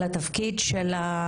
על התפקיד של,